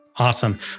Awesome